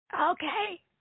okay